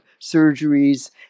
surgeries